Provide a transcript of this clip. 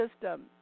system